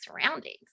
surroundings